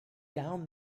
down